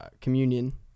communion